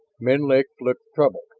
menlik looked troubled.